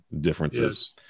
differences